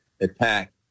attack